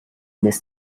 miss